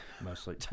Mostly